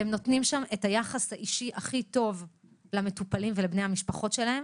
והם נותנים שם את היחס האישי הכי טוב למטופלים ולבני המשפחות שלהם,